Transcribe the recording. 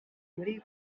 muri